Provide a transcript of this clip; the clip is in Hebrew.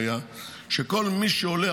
שכל מי שעולה,